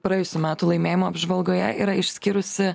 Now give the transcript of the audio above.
praėjusių metų laimėjimų apžvalgoje yra išskyrusi